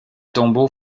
tombeau